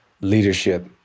leadership